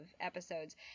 episodes